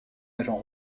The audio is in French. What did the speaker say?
agent